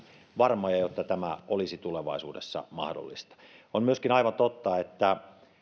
varmoja jotta tämä olisi tulevaisuudessa mahdollista on myöskin aivan totta että